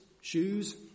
shoes